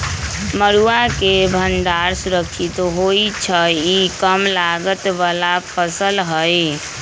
मरुआ के भण्डार सुरक्षित होइ छइ इ कम लागत बला फ़सल हइ